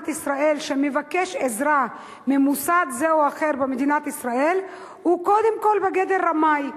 ישראל שמבקש עזרה ממוסד זה או אחר במדינת ישראל הוא קודם כול בגדר רמאי,